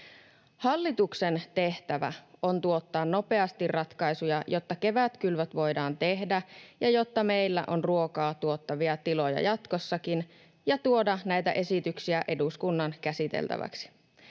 Hallituksen tehtävä on tuottaa nopeasti ratkaisuja, jotta kevätkylvöt voidaan tehdä ja jotta meillä on ruokaa tuottavia tiloja jatkossakin, ja tuoda näitä esityksiä eduskunnan käsiteltäväksi.